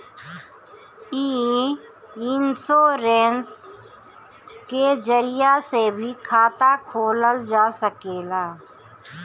इ इन्शोरेंश के जरिया से भी खाता खोलल जा सकेला